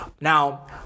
Now